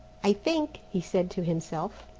i think, he said to himself.